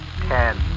ten